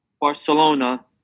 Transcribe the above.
Barcelona